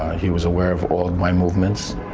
he was aware of all my movements.